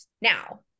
Now